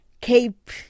Cape